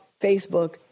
Facebook